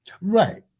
Right